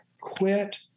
quit